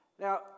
Now